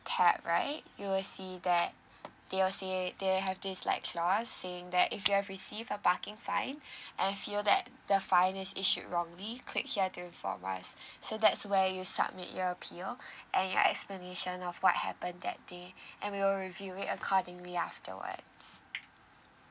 tab right you will see that they will say they will have this like clause saying that if you have receive a parking fine and feel that the fine is issued wrongly click here to inform us so that's where you submit your appeal and your explanation of what happened that day and we will review it accordingly afterwards